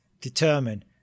determine